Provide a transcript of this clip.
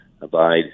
abide